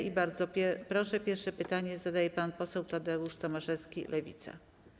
I bardzo proszę, pierwsze pytanie zadaje pan poseł Tadeusz Tomaszewski, Lewica.